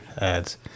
ads